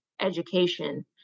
education